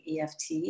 EFT